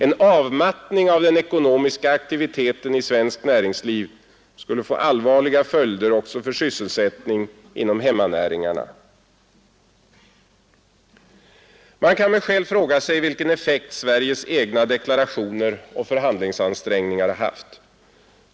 En avmattning av den ekonomiska aktiviteten i svenskt näringsliv skulle därför få allvarliga följder också för sysselsättningen inom hemmanäringarna. Man kan med skäl fråga sig vilken effekt Sveriges egna deklarationer och förhandlingsansträngningar haft.